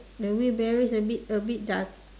the wheel barrow a bit a bit dark